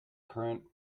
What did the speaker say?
current